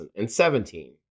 2017